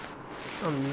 um